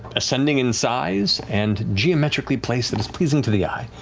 ascending in size and geometrically placed that is pleasing to the eye.